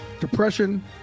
depression